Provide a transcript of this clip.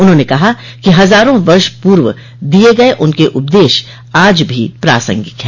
उन्होंने कहा कि हजारों वर्ष पूर्व दिये गये उनके उपदेश आज भी प्रासंगिक है